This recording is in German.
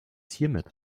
hiermit